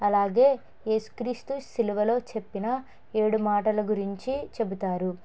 అలాగే ఏసుక్రీస్తు శిలువలో చెప్పిన ఏడు మాటలు గురించి చెబుతారు